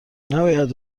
نباید